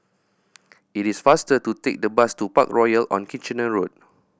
it is faster to take the bus to Parkroyal on Kitchener Road